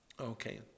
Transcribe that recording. Okay